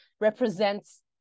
represents